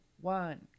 one